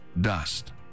dust